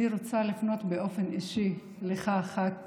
אני רוצה לפנות באופן אישי אליך, ח"כ